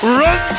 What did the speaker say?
run